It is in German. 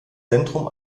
zentrum